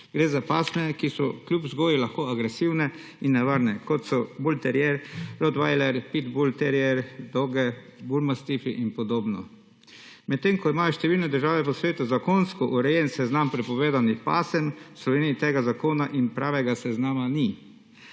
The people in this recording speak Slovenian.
Gre za pasme, ki so kljub vzgoji lahko agresivne in nevarne kot so bulterier, rotvajler, pitbul terier, doge, bul mastifi in podobno. Med tem, ko imajo številne države v svetu zakonsko urejen seznam prepovedanih pasem, v Sloveniji tega zakona in pravega seznama ni.